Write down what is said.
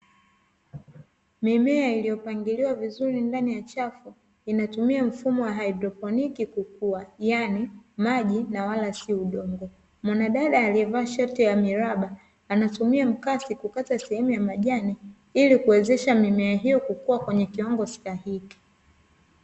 Mimea iliyopangiliwa vizuri ndani ya chafu, inatumia mfumo wa haidroponiki kukua, yaani maji na wala sio udongo. Mwanadada aliyevaa shati ya miraba anatumia mkasi kukata sehemu ya majani, ili kuwezesha mimea hiyo kukua kwenye kiwango stahiki.